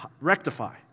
rectify